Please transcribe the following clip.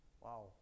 Wow